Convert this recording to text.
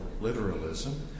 literalism